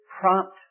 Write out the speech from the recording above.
prompt